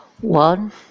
One